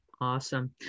Awesome